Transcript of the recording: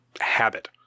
habit